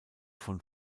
von